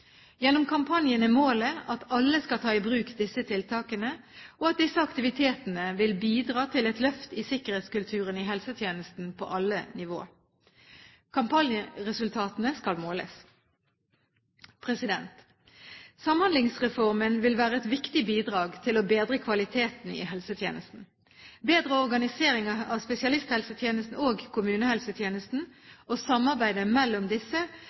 Gjennom kampanjen er målet at alle skal ta i bruk disse tiltakene, og at disse aktivitetene vil bidra til et løft i sikkerhetskulturen i helsetjenesten på alle nivåer. Kampanjeresultatene skal måles. Samhandlingsreformen vil være et viktig bidrag til å bedre kvaliteten i helsetjenesten. Bedre organisering av spesialisthelsetjenesten og kommunehelsetjenesten – og samarbeidet mellom disse